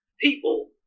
people